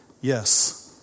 Yes